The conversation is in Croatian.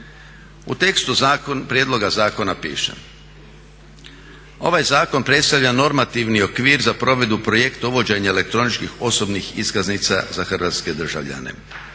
U tekstu prijedloga zakona piše "Ovaj zakon predstavlja normativni okvir za provedbu projekata uvođenja elektroničkih osobnih iskaznica za hrvatske državljane".